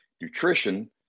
nutrition